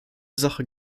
sache